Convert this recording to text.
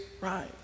right